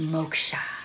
Moksha